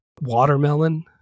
watermelon